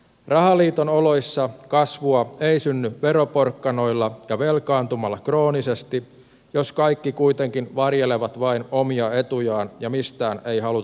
rahaliiton oloissa kasvua ei synny veroporkkanoilla ja velkaantumalla kroonisesti jos kaikki kuitenkin varjelevat vain omia etujaan ja mistään ei haluta tinkiä